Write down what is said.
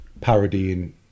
parodying